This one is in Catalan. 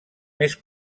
més